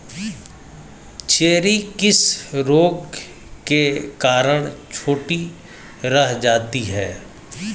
Cherry किस रोग के कारण छोटी रह जाती है?